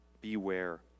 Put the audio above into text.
Beware